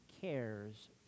cares